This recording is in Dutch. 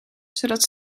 zodat